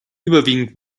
überwiegend